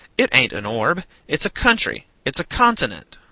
it ain't an orb it's a country it's a continent.